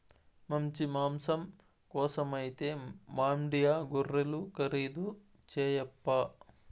మంచి మాంసం కోసమైతే మాండ్యా గొర్రెలు ఖరీదు చేయప్పా